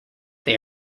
they